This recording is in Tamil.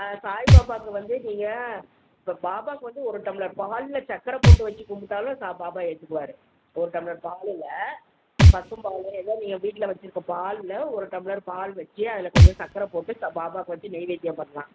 சாய் பாபாக்கு வந்து நீங்கள் இப்போ பாபாக்கு வந்து ஒரு டம்ளர் பாலில் சக்கரை போட்டு வச்சு கும்பிட்டாலும் சா பாபா ஏற்றுக்குவாரு ஒரு டம்ளர் பாலில் பசும் பால் ஏதோ நீங்கள் வீட்லடில் வச்சுருக்க பாலில் ஒரு டம்ளர் பால் வச்சு அதில் கொஞ்சம் சக்கரை போட்டு பாபாக்கு வச்சு நெய்வேத்தியம் பண்ணலாம்